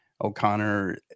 O'Connor